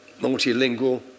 multilingual